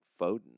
Foden